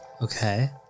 Okay